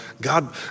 God